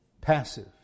Passive